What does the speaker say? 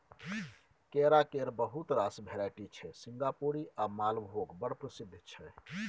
केरा केर बहुत रास भेराइटी छै सिंगापुरी आ मालभोग बड़ प्रसिद्ध छै